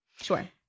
Sure